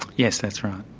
yes, that's right.